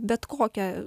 bet kokią